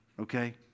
okay